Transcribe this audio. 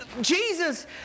Jesus